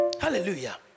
hallelujah